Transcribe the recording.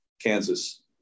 Kansas